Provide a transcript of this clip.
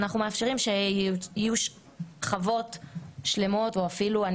אנחנו מאפשרים שיהיו חוות שלמות אני